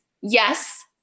yes